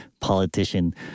politician